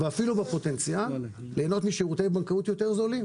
ואפילו בפוטנציאל ליהנות משירותי בנקאות זולים